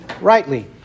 rightly